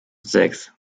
sechs